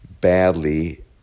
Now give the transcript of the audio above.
badly